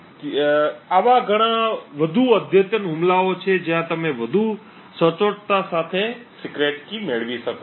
ત્યાં ઘણા વધુ અદ્યતન હુમલાઓ છે જ્યાં તમે વધુ સચોટતા સાથે ગુપ્ત કી મેળવી શકો છો